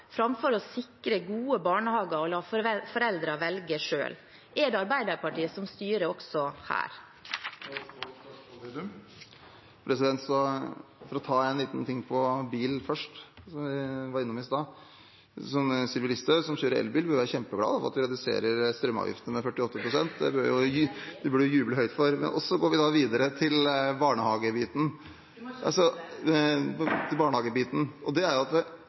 framfor å sikre gode barnehager og la foreldrene velge selv? Er det Arbeiderpartiet som styrer også her? For å ta det med bil først, som vi var innom i stad: Sylvi Listhaug, som kjører elbil, bør være kjempeglad for at vi reduserer strømavgiftene med 48 pst. Det burde hun juble høyt for. Jeg kjører ikke elbil. Statsråden må ikke lyve. Vi går videre til barnehagebiten. Vi i Senterpartiet er veldig opptatt av å ha både offentlige og private barnehager i Norge. Det er